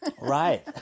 Right